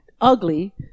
ugly